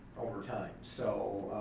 over time. so